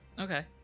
Okay